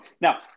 now